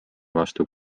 vastu